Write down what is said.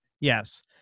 yes